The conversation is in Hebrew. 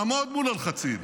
לעמוד מול הלחצים.